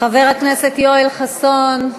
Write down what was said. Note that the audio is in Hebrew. חבר הכנסת יואל חסון,